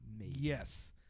Yes